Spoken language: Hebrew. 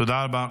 תודה רבה.